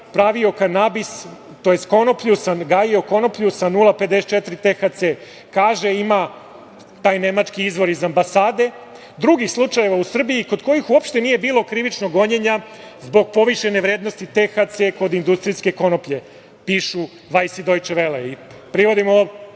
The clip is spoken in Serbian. pravio kanabis, tj. gajio konoplju sa 0,54% THC. Kaže taj nemački izvor iz ambasade da ima i drugih slučajeva u Srbiji kod kojih uopšte nije bilo krivičnog gonjenja zbog povišene vrednosti THC-a kod industrijske konoplje, pišu „Vajs“ i „Dojče